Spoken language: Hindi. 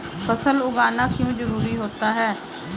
फसल उगाना क्यों जरूरी होता है?